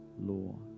law